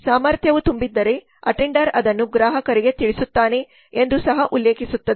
ಸಾಮರ್ಥ್ಯವು ತುಂಬಿದ್ದರೆ ಅಟೆಂಡೆರ ಅದನ್ನು ಗ್ರಾಹಕರಿಗೆ ತಿಳಿಸುತ್ತಾನೆ ಎಂದು ಸಹ ಉಲ್ಲೇಖಿಸುತ್ತದೆ